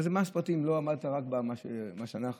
לא עמדת רק במה שאנחנו,